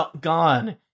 gone